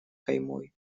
каймой